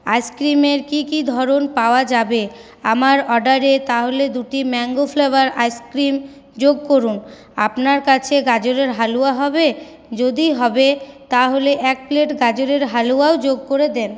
আইসস্ক্রিমের কী কী ধরণ পাওয়া যাবে আমার অর্ডারে তাহলে দুটি ম্যাঙ্গো ফ্লেভার আইসস্ক্রিম যোগ করুন আপনার কাছে গাজরের হালুয়া হবে যদি হবে তাহলে এক প্লেট গাজরের হালুয়াও যোগ করে দেন